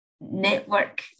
network